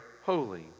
holy